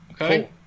Okay